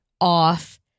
off